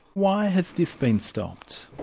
why has this been stopped?